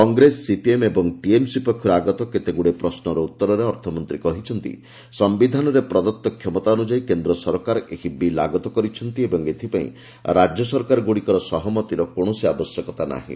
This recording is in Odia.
କଂଗ୍ରେସସିପିଏମ୍ ଏବଂ ଟିଏମ୍ସି ପକ୍ଷରୁ ଆଗତ କେତେଗୁଡ଼ିଏ ପ୍ରଶ୍ନର ଉତ୍ତରରେ ଅର୍ଥମନ୍ତ୍ରୀ କହିଛନ୍ତି ସମ୍ଭିଧାନରେ ପ୍ରଦତ୍ତ କ୍ଷମତା ଅନୁଯାୟୀ କେନ୍ଦ୍ର ସରକାର ଏହି ବିଲ୍ ଆଗତ କରିଛନ୍ତି ଏବଂ ଏଥିପାଇଁ ରାଜ୍ୟ ସରକାରଗୁଡ଼ିକର ସହମତିର କୌଣସି ଆବଶ୍ୟକତା ନାହିଁ